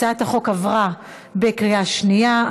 הצעת החוק עברה בקריאה שנייה.